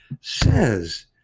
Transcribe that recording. says